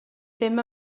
ddim